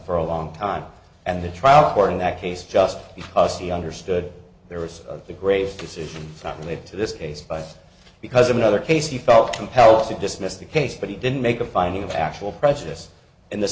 for a long time and the trial court in that case just because he understood there was the grave decision not related to this case by because of another case he felt compelled to dismiss the case but he didn't make a finding of actual prejudice in the